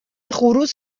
خروس